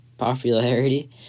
popularity